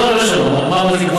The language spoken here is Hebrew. לא, לא שמעת אותי.